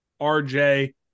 RJ